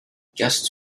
guests